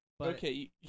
okay